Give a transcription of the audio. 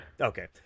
okay